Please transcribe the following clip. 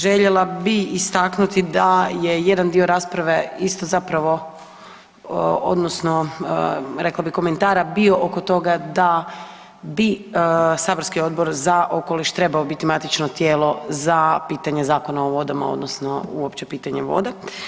Željela bi istaknuti da je jedan dio rasprave isto zapravo odnosno rekla bi komentara bio oko toga da bi saborski odbor za okoliš trebao biti matično tijelo za pitanje Zakona o vodama odnosno uopće pitanje voda.